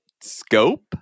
scope